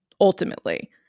ultimately